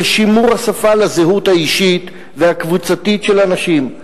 שימור השפה לזהות האישית והקבוצתית של אנשים,